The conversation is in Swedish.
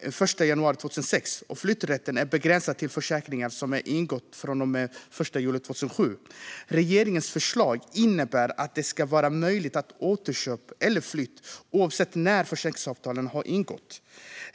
den 1 januari 2006 och flytträtten begränsad till försäkringar som ingåtts från och med den 1 juli 2007. Regeringens förslag innebär att det ska vara möjligt med återköp eller flytt oavsett när försäkringsavtalen har ingåtts.